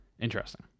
interesting